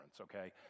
okay